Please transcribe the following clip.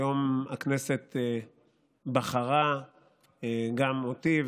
היום הכנסת בחרה גם אותי,